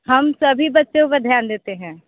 हम सभी बच्चों का ध्यान देते हैं